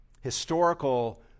Historical